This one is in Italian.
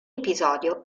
episodio